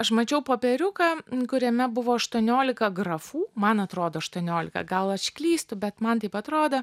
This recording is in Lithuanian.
aš mačiau popieriuką kuriame buvo aštuoniolika grafų man atrodo aštuoniolika gal aš klystu bet man taip atrodo